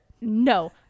no